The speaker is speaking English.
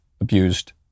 abused